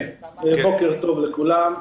בוקר טוב לכולם.